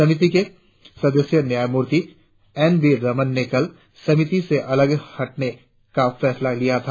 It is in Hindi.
समिति के सदस्य न्यायमूर्ति एन वी रमण ने कल समिति से अलग हटने का फैसला लिया था